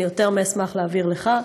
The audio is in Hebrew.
אני יותר מאשמח להעביר לך,